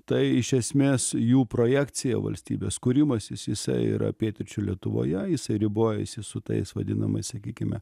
tai iš esmės jų projekcija valstybės kūrimasis jisai yra pietryčių lietuvoje jisai ribojasi su tais vadinamais sakykime